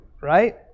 right